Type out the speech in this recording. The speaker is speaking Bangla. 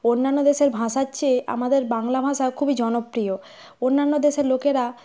অন্যান্য দেশের ভাষার চেয়ে আমাদের বাংলা ভাষা খুবই জনপ্রিয় অন্যান্য দেশের লোকেরা